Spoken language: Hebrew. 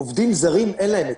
לעובדים זרים אין היטל,